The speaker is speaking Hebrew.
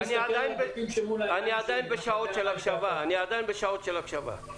אני עדיין בשעות של הקשבה, תודה.